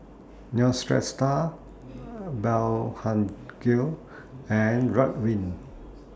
Neostrata Blephagel and Ridwind